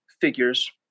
figures